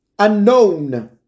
Unknown